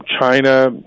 China